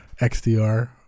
XDR